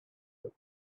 that